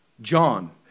John